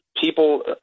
people